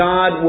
God